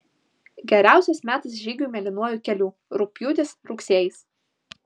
geriausias metas žygiui mėlynuoju keliu rugpjūtis rugsėjis